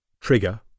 Trigger